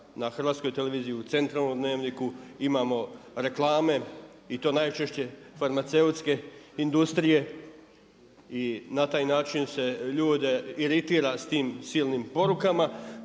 na Hrvatskoj televiziji u centralnom dnevniku imamo reklame i to najčešće farmaceutske industrije i na takav način se ljude iritira sa tim silnim porukama